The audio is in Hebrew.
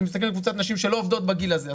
אני מסתכל על קבוצת נשים שלא עובדות בגיל הזה.